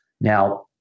now